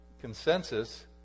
consensus